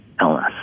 illness